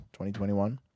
2021